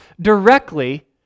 directly